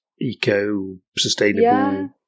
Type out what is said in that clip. eco-sustainable